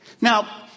Now